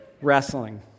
Wrestling